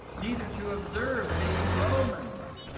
neither to observe, being romans.